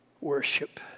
worship